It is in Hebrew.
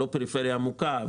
לא פריפריה עמוקה,